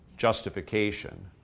justification